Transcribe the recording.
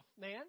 man